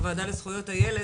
בוועדה לזכויות הילד,